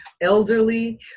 elderly